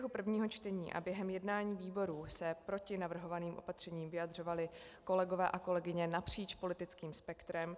V průběhu prvního čtení a během jednání výborů se proti navrhovaným opatřením vyjadřovali kolegové a kolegyně napříč politickým spektrem.